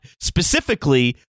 specifically